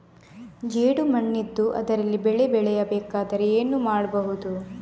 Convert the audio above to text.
ಜೇಡು ಮಣ್ಣಿದ್ದು ಅದರಲ್ಲಿ ಬೆಳೆ ಬೆಳೆಯಬೇಕಾದರೆ ಏನು ಮಾಡ್ಬಹುದು?